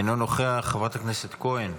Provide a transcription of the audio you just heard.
אינו נוכח, חברת הכנסת כהן,